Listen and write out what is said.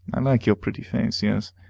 i like your pretty face yes,